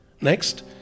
Next